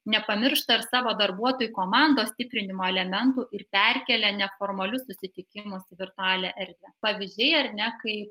nepamiršta ir savo darbuotojų komandos stiprinimo elementų ir perkelia neformalius susitikimus į virtualią erdvę pavyzdžiai ar ne kai